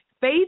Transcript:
Faith